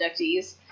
inductees